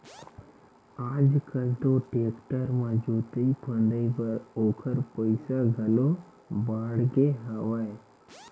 आज कल तो टेक्टर म जोतई फंदई बर ओखर पइसा घलो बाड़गे हवय